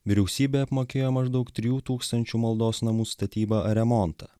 vyriausybė apmokėjo maždaug trijų tūkstančių maldos namų statybą ar remontą